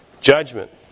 Judgment